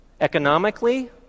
economically